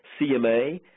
CMA